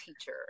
teacher